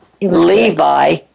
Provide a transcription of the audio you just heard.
Levi